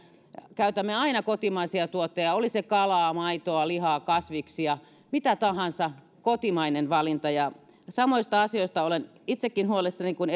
käytämme aina kotimaisia tuotteita oli se kalaa maitoa lihaa kasviksia mitä tahansa eli kotimainen valinta samoista asioista olen itsekin huolissani kuin